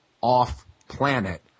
off-planet